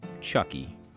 Chucky